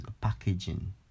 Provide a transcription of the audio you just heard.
packaging